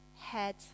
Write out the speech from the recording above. head